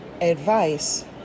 advice